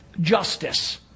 justice